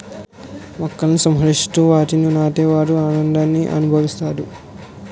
మొక్కలని సంరక్షిస్తూ వాటిని నాటే వాడు ఆనందాన్ని అనుభవిస్తాడు